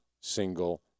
single